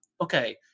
okay